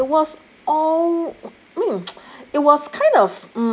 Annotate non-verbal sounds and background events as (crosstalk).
uh it was all I mean (noise) it was